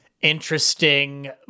interesting